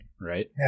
right